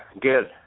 Good